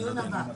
נשמע גם אותם.